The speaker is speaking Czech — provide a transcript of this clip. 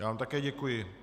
Já vám také děkuji.